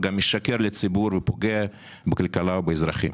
הוא גם משקר לציבור ופוגע בכלכלה ובאזרחים.